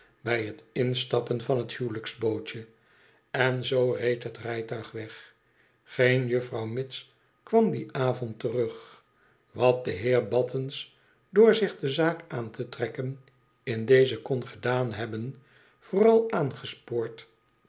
bij t instappen van t huwelijksbootje en zoo reed het rijtuig weg geen juffrouw mitts kwam dien avond terug wat de heer battens door zich de zaak aan te trekken in deze kon gedaan hebben vooral